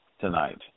tonight